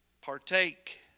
partake